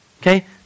Okay